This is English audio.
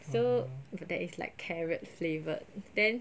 so that is like carrot flavoured then